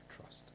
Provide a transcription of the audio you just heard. trust